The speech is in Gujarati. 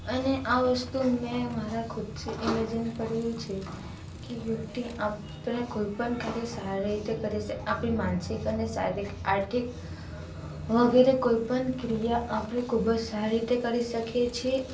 અને આ વસ્તુ મેં મારા ખુદથી ઇમેજિન કર્યું છે કે યોગથી આપણે કોઈપણ કાર્ય સારી રીતે કરી સક પડી માનસિક અને શારીરિક આર્થિક વગેરે કોઈપણ ક્રિયા આપણે ખૂબ જ સારી રીતે કરી શકીએ છીએ